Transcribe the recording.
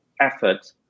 effort